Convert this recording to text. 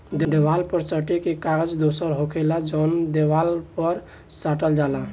देवाल पर सटे के कागज दोसर होखेला जवन के देवाल पर साटल जाला